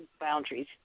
boundaries